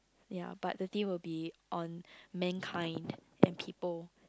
ya but the theme will be on mankind and people